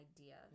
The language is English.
idea